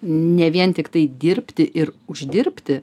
ne vien tiktai dirbti ir uždirbti